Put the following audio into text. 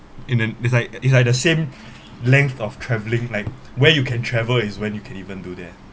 in it's like it's like the same length of travelling like where you can travel is when you can even do that